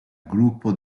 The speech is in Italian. gruppo